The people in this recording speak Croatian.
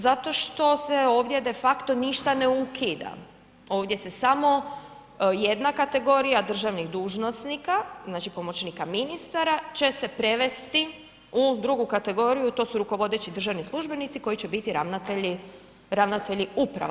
Zato što se ovdje de facto ništa ne ukida, ovdje se samo jedna kategorija državnih dužnosnika znači pomoćnika ministara će se prevesti u drugu kategoriju to su rukovodeći državni službenici koji će biti ravnatelji, ravnatelji uprava.